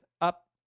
up